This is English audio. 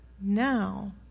Now